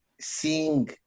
seeing